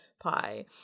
pie